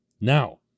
Now